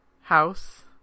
house